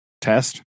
test